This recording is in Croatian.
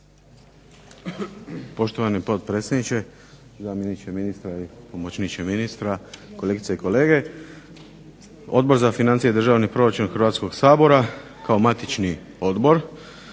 Poštovani potpredsjedniče, zamjeniče ministra i pomoćniče ministra, kolegice i kolege. Odbor za financije i državni proračun Hrvatskog sabora kao matični odbor